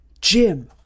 Jim